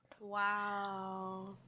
Wow